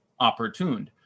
opportuned